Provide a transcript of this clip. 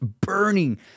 burning